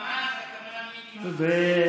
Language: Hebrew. ממ"ז, הכוונה מיקי מכלוף זוהר.